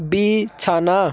বিছানা